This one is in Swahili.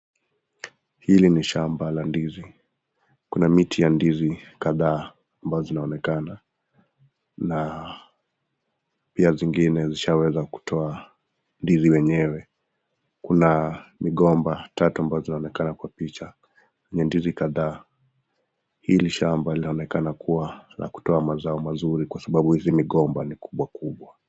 Hili ni shamba la ndizi. Kuna miti ya ndizi kadhaa ambazo zinaonekana na pia zingine zishaweza kutoa ndizi wenyewe. Kuna migomba tatu ambazo zinaonekana kwa picha ni ndizi kadhaa. Hili shamba linaonekana kuwa la kutoa mazao mazuri kwa sababu hizi migomba ni kubwakubwa.